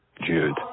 Jude